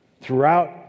Throughout